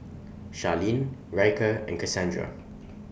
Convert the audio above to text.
Sharlene Ryker and Cassandra